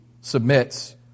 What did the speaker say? submits